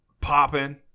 popping